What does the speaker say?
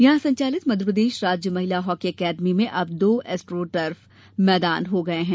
यहां संचालित मध्यप्रदेश राज्य महिला हॉकी एकेडमी में अब दो एस्ट्रोटर्फ मैदान हो गए हैं